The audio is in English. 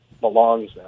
belongs